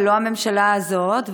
ולא הממשלה הזאת,